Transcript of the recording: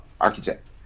architect